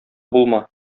булма